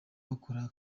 bakora